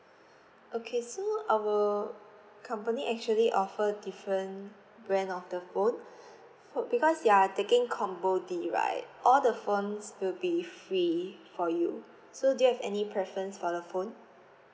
okay so our company actually offer different brand of the phone for because you are taking combo D right all the phones will be free for you so do you have any preference for the phone